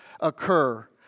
occur